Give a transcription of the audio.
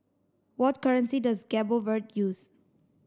what currency does Cabo Verde use